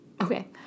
okay